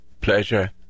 pleasure